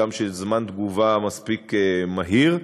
גם של זמן תגובה מספיק מהיר,